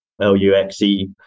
L-U-X-E